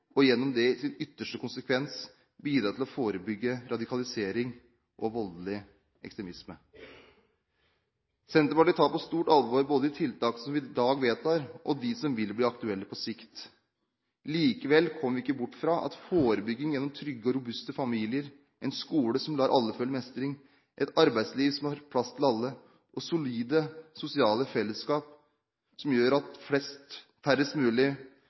og gjennom det i sin ytterste konsekvens bidra til å forebygge radikalisering og voldelig ekstremisme. Senterpartiet tar på stort alvor både de tiltak som vi i dag vedtar, og de som vil bli aktuelle på sikt. Likevel kommer vi ikke bort fra at forebygging gjennom trygge og robuste familier, en skole som lar alle føle mestring, et arbeidsliv som har plass til alle, og solide sosiale fellesskap som gjør at færrest mulig blir ensomme og flest mulig